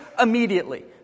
immediately